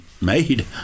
made